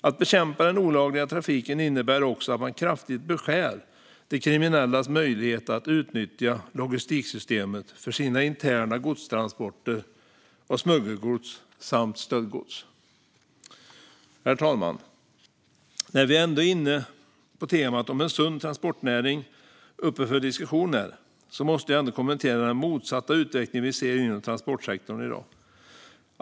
Att bekämpa den olagliga trafiken innebär också att man kraftigt beskär de kriminellas möjlighet att utnyttja logistiksystemet för sina interna transporter av smuggelgods och stöldgods. Herr talman! När vi har temat om en sund transportnäring uppe för diskussion måste jag ändå kommentera den motsatta utveckling vi ser inom transportsektorn i dag.